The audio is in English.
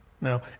Now